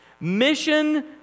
Mission